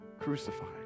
Crucified